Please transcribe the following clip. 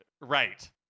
Right